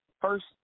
first